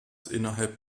innerhalb